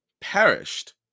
Perished